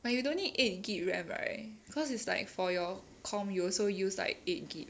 but you don't need eight G_B R_A_M right cause it's like for your comp you also use like eight G_B